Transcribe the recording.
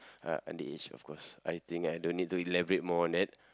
uh underage of course I think I don't need to elaborate more on that